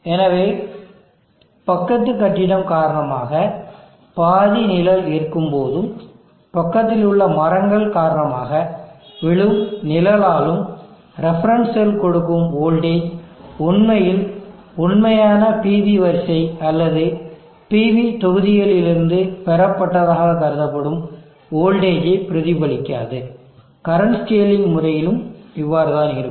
எனவே பக்கத்து கட்டிடம் காரணமாக பாதி நிழல் இருக்கும் போதும் பக்கத்தில் உள்ள மரங்கள் காரணமாக விழும் நிழலாலும் ரெஃபரன்ஸ் செல் கொடுக்கும் வோல்டேஜ் உண்மையில் உண்மையான PV வரிசை அல்லது PVதொகுதிகளிலிருந்து பெறப்பட்டதாக கருதப்படும் வோல்டேஜ் ஐ பிரதிபலிக்காது கரண்ட் ஸ்கேலிங் முறையிலும் இவ்வாறுதான் இருக்கும்